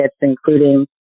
including